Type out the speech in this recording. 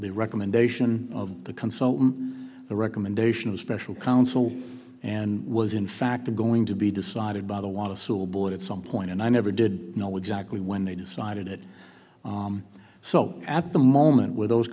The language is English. the recommendation of the consultant the recommendation of special counsel and was in fact the going to be decided by the want to school board at some point and i never did know exactly when they decided it so at the moment where those